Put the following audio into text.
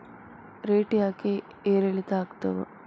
Rate ಯಾಕೆ ಏರಿಳಿತ ಆಗ್ತಾವ?